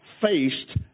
faced